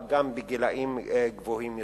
אבל גם גילאים גבוהים יותר.